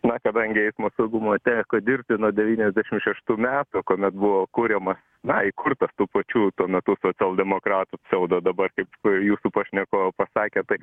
na kadangi eismo saugumo teko dirbti nuo devyniasdešimt šeštų metų kuomet buvo kuriama na įkurtas tų pačių tuo metu socialdemokratų pseudo dabar kaip jūsų pašnekovė pasakė tai